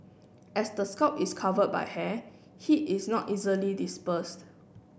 as the scalp is covered by hair heat is not easily dispersed